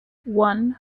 one